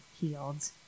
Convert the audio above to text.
healed